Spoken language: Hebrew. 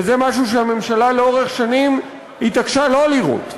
וזה משהו שהממשלה לאורך שנים התעקשה לא לראות,